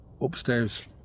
upstairs